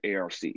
ARC